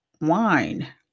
wine